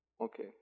Okay